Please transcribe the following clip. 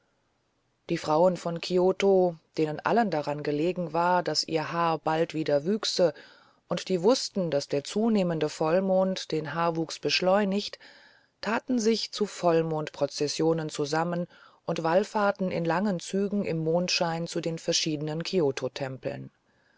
die frauen von kioto denen allen daran gelegen war daß ihr haar bald wieder wüchse und die wußten daß der zunehmende vollmond den haarwuchs beschleunigt taten sich zu vollmondprozessionen zusammen und wallfahrteten in langen zügen im mondschein zu den verschiedenen